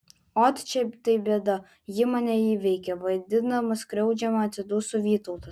ot čia tai bėda ji mane įveikia vaidindamas skriaudžiamą atsiduso vytautas